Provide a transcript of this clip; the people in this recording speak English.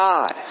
God